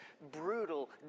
brutal